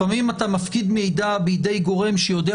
לפעמים אתה מפקיד מידע בידי גורם שיודע